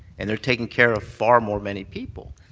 and they're taking care of far more many people,